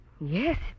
Yes